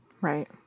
right